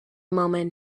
moment